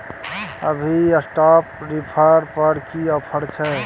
अभी straw reaper पर की ऑफर छै?